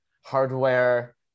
hardware